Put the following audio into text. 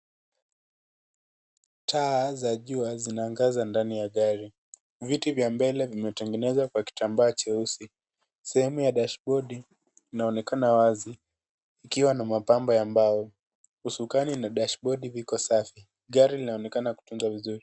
Taa za jua zinaangaza ndani ya gari. Viti vya mbele vimetengenezwa kwa kitambaa cheusi. Sehemu ya dashbodi inaonekana wazi kukiwa na mapambo ya mbao. Usukani na dashbodi viko safi. Gari linaonekana kutunzwa vizuri.